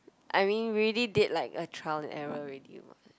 I mean we already did like a trial and error already [what]